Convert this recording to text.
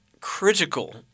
critical